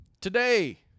today